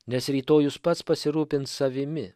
nes rytojus pats pasirūpins savimi